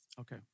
Okay